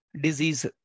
disease